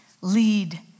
lead